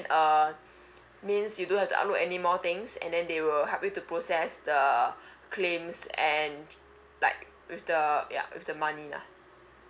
uh means you don't have to upload anymore things and then they will help you to process the claims and like with the ya with the money lah